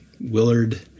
Willard